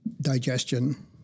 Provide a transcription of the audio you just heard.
digestion